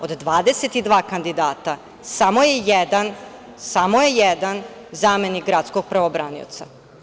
Od 22 kandidata, samo je jedan zamenik gradskog pravobranioca.